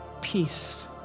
peace